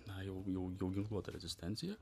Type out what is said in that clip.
na jau jau jau ginkluota rezistencija